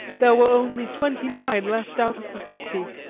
there were only twenty-nine left out of the fifty!